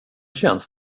känns